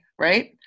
Right